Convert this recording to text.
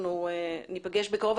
אנחנו ניפגש בקרוב.